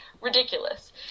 ridiculous